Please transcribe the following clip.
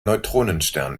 neutronenstern